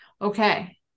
Okay